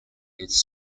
its